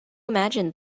imagine